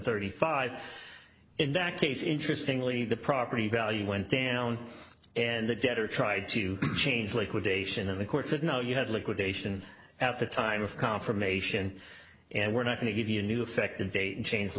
thirty five in that case interesting lee the property value went down and the debtor tried to change liquidation and the court said no you had liquidation at the time of confirmation and we're not going to give you a new effective date and change the